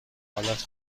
حالت